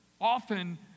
often